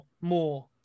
more